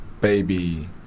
baby